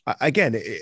Again